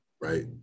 right